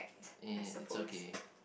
eh it's okay